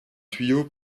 tuyau